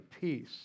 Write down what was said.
peace